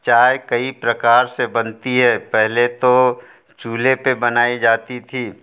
चाय कई प्रकार से बनती है पहले तो चूल्हे पर बनाई जाती थी